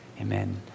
Amen